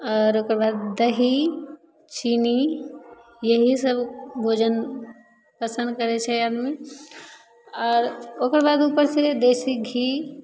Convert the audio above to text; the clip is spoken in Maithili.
आओर ओकर बाद दही चीनी यही सब भोजन पसन्द करै छै आदमी आर ओकर बाद ऊपर से देशी घी